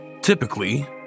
Typically